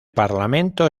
parlamento